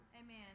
Amen